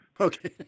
Okay